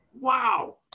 Wow